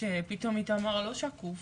שפתאום איתמר לא שקוף,